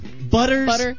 Butters